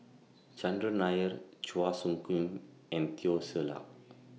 Chandran Nair Chua Soo Khim and Teo Ser Luck